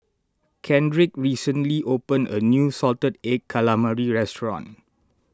Kendrick recently opened a new Salted Egg Calamari restaurant